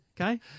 Okay